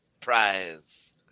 prize